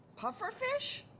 puffer fish?